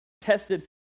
tested